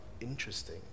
interesting